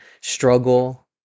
struggle